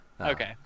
okay